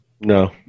No